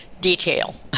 detail